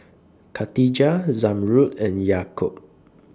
Khatijah Zamrud and Yaakob